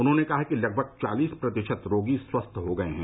उन्होंने कहा कि लगभग चालीस प्रतिशत रोगी स्वस्थ हो गये हैं